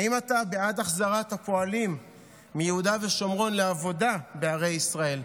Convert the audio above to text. האם אתה בעד החזרת הפועלים מיהודה ושומרון לעבודה בערי ישראל?